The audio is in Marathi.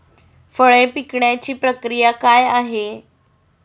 फळे पिकण्याची प्रक्रिया काय आहे?